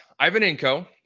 Ivanenko